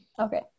Okay